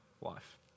life